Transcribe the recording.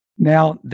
Now